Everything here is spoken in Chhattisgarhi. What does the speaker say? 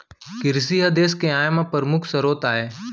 किरसी ह देस के आय म परमुख सरोत आय